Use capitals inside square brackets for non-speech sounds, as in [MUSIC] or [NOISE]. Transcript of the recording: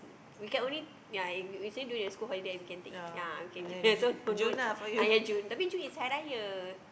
we can only ya in usually during the school holiday we can take ya we can just [LAUGHS] ah ya June tetapi June is Hari-Raya